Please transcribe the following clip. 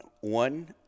one